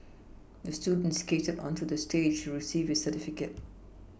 the student skated onto the stage receive his certificate